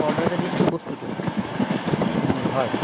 order যে দিছিলোঁ বস্তুটো হয়